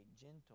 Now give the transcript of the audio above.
gentle